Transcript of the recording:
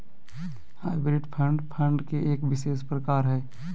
hybrid fund, fund के एक विशेष प्रकार हय